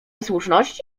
słuszności